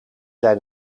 zijn